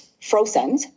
frozen